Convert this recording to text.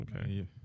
okay